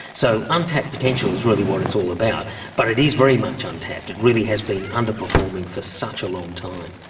so untapped potential is really what it's all about but it is very much untapped, it really has been underperforming for such a long time.